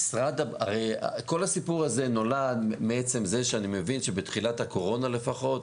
הרי כל הסיפור הזה נולד מעצם זה שאני מבין שבתחילת הקורונה לפחות,